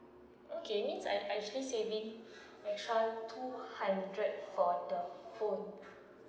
okay so I I actually saving extra two hundred for the phone